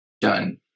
done